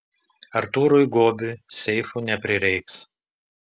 artūrui gobiui seifų neprireiks